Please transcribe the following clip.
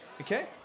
Okay